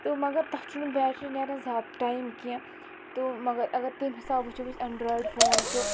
تہٕ مگر تَتھ چھُنہٕ بیٹری نیران زیادٕ ٹایم کیٚنٛہہ تہٕ مگر اگر تمہِ حِساب وُچھُو أسۍ ایٚنڈرٛایِڈ فوٗن وُچھُو